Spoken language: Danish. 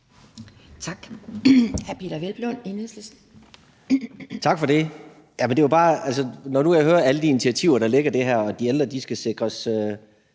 Tak